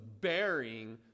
bearing